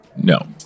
No